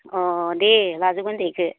अ दे लाजोबगोन दे एसे